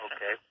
Okay